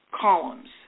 columns